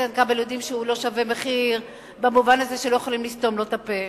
אבל יודעים שהוא לא שווה מחיר במובן הזה שלא יכולים לסתום לו את הפה.